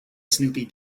snoopy